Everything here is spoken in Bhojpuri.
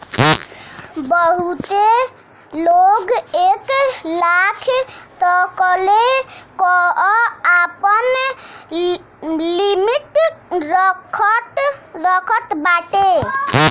बहुते लोग एक लाख तकले कअ आपन लिमिट रखत बाटे